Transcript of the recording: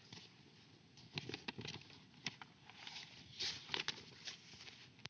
Kiitos.